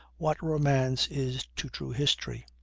what romance is to true history,